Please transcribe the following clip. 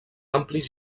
amplis